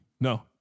No